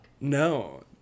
no